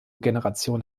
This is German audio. generation